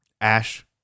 Ash